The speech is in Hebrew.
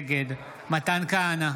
נגד מתן כהנא,